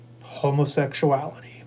Homosexuality